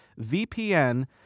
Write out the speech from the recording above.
VPN